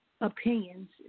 opinions